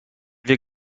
wir